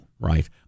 Right